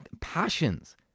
passions